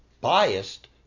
biased